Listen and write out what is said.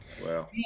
Wow